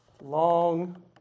long